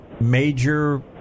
major